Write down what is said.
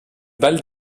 bal